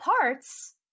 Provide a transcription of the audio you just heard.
parts